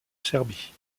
serbie